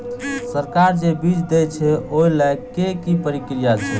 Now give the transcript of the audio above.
सरकार जे बीज देय छै ओ लय केँ की प्रक्रिया छै?